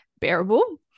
bearable